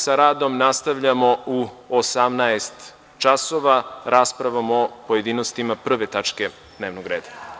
Sa radom nastavljamo u 18.00 časova, raspravom o pojedinostima 1. tačke dnevnog reda.